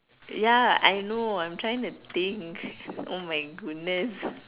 ya I know I'm trying to think oh my goodness